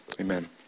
Amen